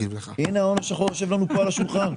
הנה ההון השחור יושב פה על השולחן.